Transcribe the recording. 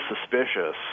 suspicious